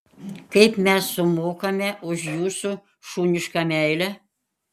kaip mes sumokame už jūsų šunišką meilę